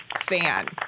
fan